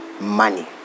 money